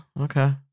Okay